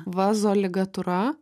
vazo ligatūra